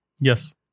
Yes